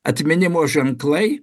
atminimo ženklai